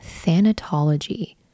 thanatology